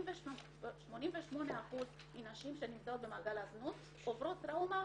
יש 88% מהנשים שנמצאות במעגל הזנות שעוברות טראומה